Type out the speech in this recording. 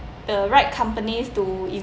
the right companies to